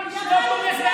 שגם הם יקבלו עונש.